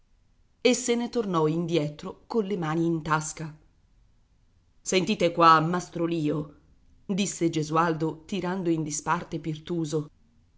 e se ne tornò indietro colle mani in tasca sentite qua mastro lio disse gesualdo tirando in disparte pirtuso